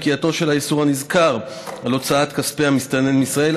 פקיעתו של האיסור הנזכר להוצאת כספי מסתנן מישראל,